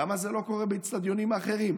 למה זה לא קורה באצטדיונים אחרים?